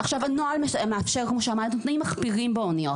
אנחנו מאפשרים גם נסיעת מבחן נוספת לישראל.